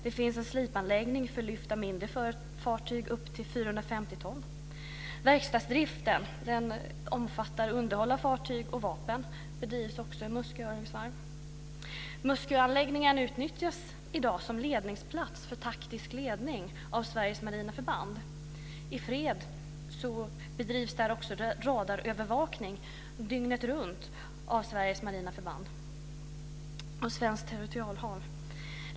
Det finns en slipanläggning för lyft av mindre fartyg upp till 450 ton. Verkstadsdriften, omfattande underhåll av fartyg och vapen, bedrivs också av Muskö örlogsvarv. Musköanläggningen utnyttjas i dag som ledningsplats för taktisk ledning av Sveriges marina förband. I fred så bedrivs där också radarövervakning dygnet runt av Sveriges marina förband av svenskt territorialhav.